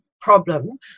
problem